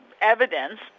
evidence